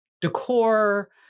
decor